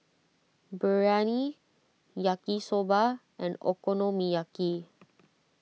Biryani Yaki Soba and Okonomiyaki